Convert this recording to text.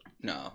No